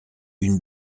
une